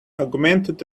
augmented